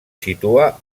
situa